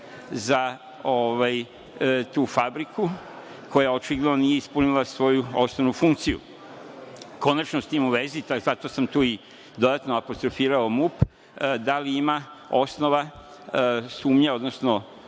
za tu fabriku, koja očigledno nije ispunila svoju osnovnu funkciju? Konačno, s tim u vezi, zato sam tu i dodatno apostrofirao MUP, da li ima osnova za sumnje, odnosno